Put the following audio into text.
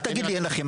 אל תגיד לי אין לכם.